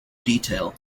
detail